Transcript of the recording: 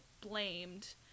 blamed